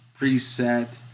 preset